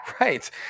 right